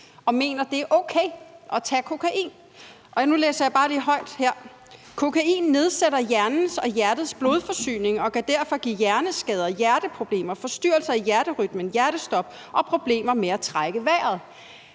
og mener, at det er okay at tage kokain. Nu læser jeg bare lige højt: Kokain nedsætter hjernens og hjertets blodforsyning og kan derfor give hjerneskader, hjerteproblemer, forstyrrelser i hjerterytmen, hjertestop og problemer med at trække vejret.